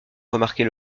remarquer